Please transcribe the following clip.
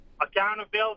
accountability